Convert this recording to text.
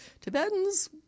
tibetans